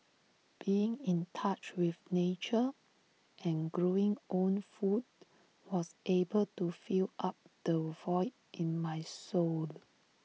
being in touch with nature and growing own food was able to fill up the void in my soul